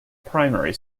primary